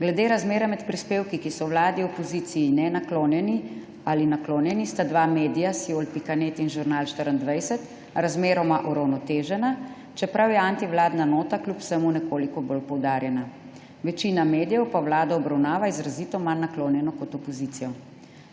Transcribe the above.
Glede razmerja med prispevki, ki so vladi v opoziciji nenaklonjeni ali naklonjeni, sta dva medija, Siol.net in Žurnal24, razmeroma uravnotežena, čeprav je antivladna nota kljub vsemu nekoliko bolj poudarjena. Večina medijev pa vlado obravnava izrazito manj naklonjeno kot opozicijo.